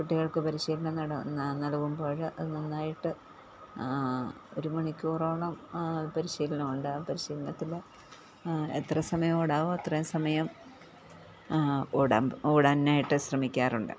കുട്ടികൾക്ക് പരിശീലനം നട് ന നൽക്കുമ്പോൾ അത് നന്നായിട്ട് ഒരു മണിക്കൂറോളം പരിശീലനമുണ്ട് ആ പരിശീലനത്തിൽ എത്ര സമയം ഓടാമോ അത്രയും സമയം ഓടാം ഓടാനായിട്ട് ശ്രമിക്കാറുണ്ട്